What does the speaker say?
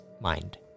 mind